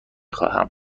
خواهم